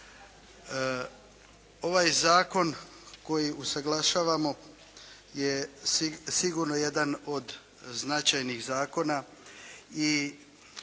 Ovaj zakon koji usaglašavamo je sigurno jedan od značajnih zakona